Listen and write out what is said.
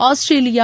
Australia